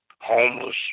homeless